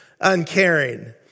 uncaring